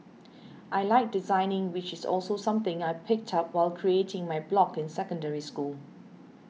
I like designing which is also something I picked up while creating my blog in Secondary School